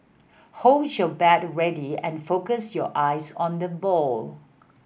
hold your bat ready and focus your eyes on the ball